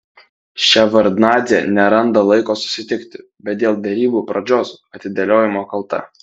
ševardnadzė neranda laiko susitikti bet dėl derybų pradžios atidėliojimo kalta